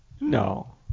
No